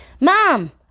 Mom